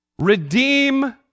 redeem